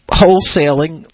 wholesaling